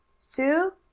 sue!